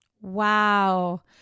Wow